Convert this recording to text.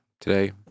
today